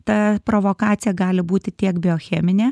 ta provokacija gali būti tiek biocheminė